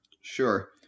Sure